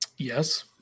Yes